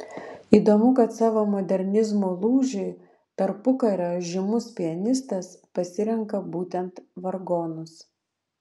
įdomu kad savo modernizmo lūžiui tarpukariu žymus pianistas pasirenka būtent vargonus